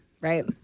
right